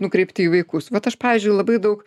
nukreipti į vaikus vat aš pavyzdžiui labai daug